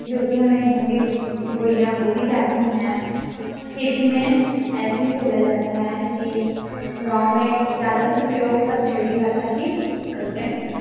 जो कि हमें हिंदी बोलियाँ बोली जाती हैं ठेठी में ऐसे ही बोला जाता है कि गाँव में ज़्यादा से प्रयोग सब ठेठी भाषा ही करते हैं